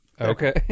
Okay